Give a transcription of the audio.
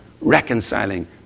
reconciling